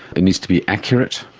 it needs to be accurate,